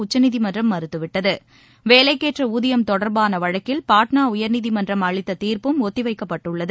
உச்சநீதிமன்றம் மறுத்துவிட்டது வேலைக்கேற்ற ஊதியம் தொடர்பான வழக்கில் பாட்னா உயர்நீதிமன்றம் அளித்த தீர்ப்பு ஒத்தி வைக்கப்பட்டுள்ளது